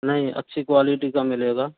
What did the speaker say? नहीं अच्छी क्वालिटी का मिलेगा